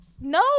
No